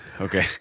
okay